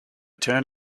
turn